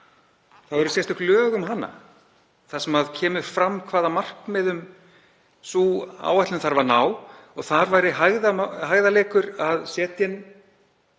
þá eru sérstök lög um hana þar sem kemur fram hvaða markmiðum sú áætlun þurfi að ná. Þar væri hægðarleikur að setja inn